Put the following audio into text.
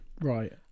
Right